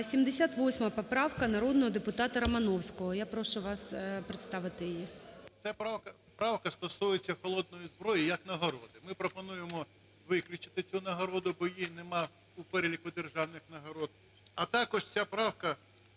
78-а поправка народного депутатаРомановського. Я прошу вас представити її.